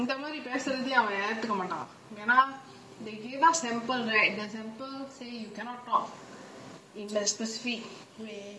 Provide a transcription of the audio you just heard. இந்த மாறி பேசுறதே அவ எதுக்க மாட்டான் ஏனா:intha maari pesurathe ava yethuka maatan yena they gave us sample right the sample say you cannot talk in a specific way